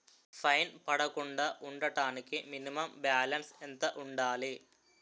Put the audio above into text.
Fine పడకుండా ఉండటానికి minimum balance ఎంత ఉండాలి?